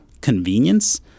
convenience